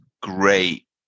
great